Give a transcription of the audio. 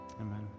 Amen